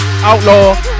Outlaw